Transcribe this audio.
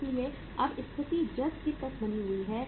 इसलिए अब स्थिति जस की तस बनी हुई है